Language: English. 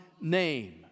name